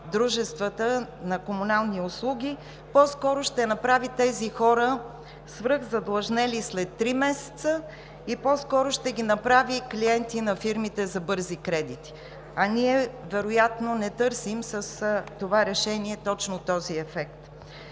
дружествата на комунални услуги, по-скоро ще направи тези хора свръхзадлъжнели след три месеца и по-скоро ще ги направи клиенти на фирмите за бързи кредити. Ние вероятно не търсим с това решение точно този ефект.